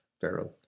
Pharaoh